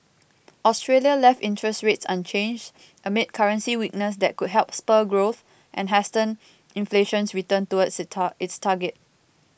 Australia left interest rates unchanged amid currency weakness that could help spur growth and hasten inflation's return towards its tar its target